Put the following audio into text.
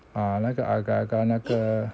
ah 那个 agar agar 那个